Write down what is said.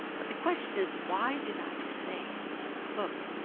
but the question is, why did i say look,